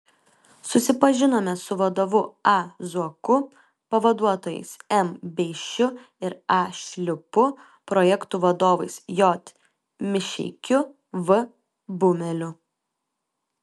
susipažinome su vadovu a zuoku pavaduotojais m beišiu ir a šliupu projektų vadovais j mišeikiu v bumeliu